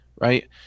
Right